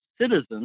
citizens